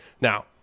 Now